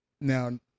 now